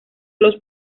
los